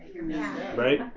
Right